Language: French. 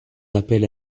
appels